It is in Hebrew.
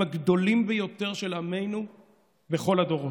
הגדולים ביותר של עמנו בכל הדורות.